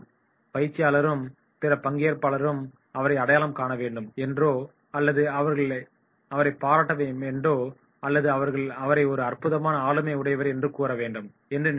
பயிற்சியாளரும் பிற பங்கேற்பாளரும் அவரை அடையாளம் காண வேண்டும் என்றோ அல்லது அவர்கள் அவரைப் பாராட்ட வேண்டும் என்றோ அல்லது அவர்கள் அவரை ஒரு அற்புதமான ஆளுமை" உடையவர் என்று கூறவேண்டும் என்று நினைக்கிறார்கள்